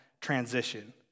transition